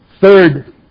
third